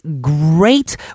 great